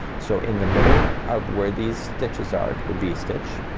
so in the middle of where these stitches are, the v-stitch,